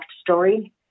story